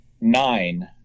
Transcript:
nine